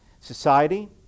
Society